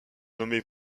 nommé